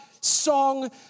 song